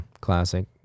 Classic